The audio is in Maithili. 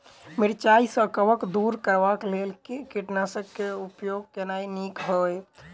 मिरचाई सँ कवक दूर करबाक लेल केँ कीटनासक केँ उपयोग केनाइ नीक होइत?